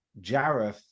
Jareth